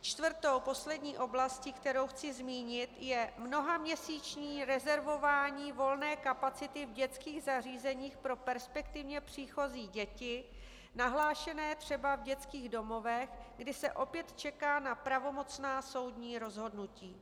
Čtvrtou, poslední oblastí, kterou chci zmínit, je mnohaměsíční rezervování volné kapacity v dětských zařízeních pro perspektivně příchozí děti nahlášené třeba v dětských domovech, kdy se opět čeká na pravomocná soudní rozhodnutí.